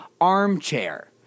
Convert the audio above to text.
armchair